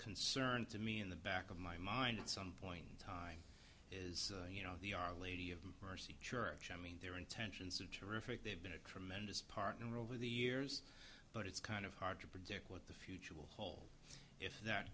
concern to me in the back of my mind at some point in time is you know the our lady of mercy church i mean their intentions of terrific they've been a tremendous partner over the years but it's kind of hard to predict what the future will hold if that